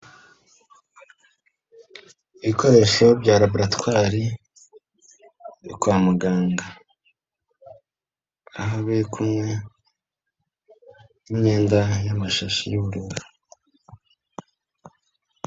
Ibikoresho bya laboratwari yo kwa muganga, aho biri kumwe n'imyenda n'amashashi y'ubururu.